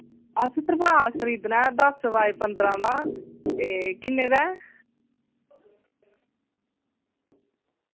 अस तरपाल खरीदना ऐ दस बाय पंदरां दा ते किन्ने दा ऐ